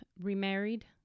remarried